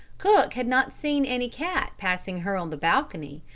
cook had not seen any cat passing her on the balcony,